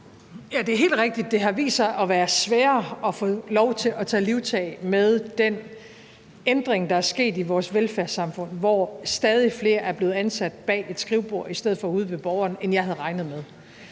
Det er helt rigtigt, at det har vist sig at være sværere at få lov til at tage livtag med den ændring, der er sket i vores velfærdssamfund, hvor stadig flere er blevet ansat bag et skrivebord i stedet for ude ved borgeren, end jeg havde regnet med.